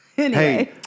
Hey